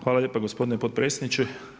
Hvala lijepo gospodine potpredsjedniče.